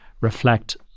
reflect